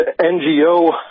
NGO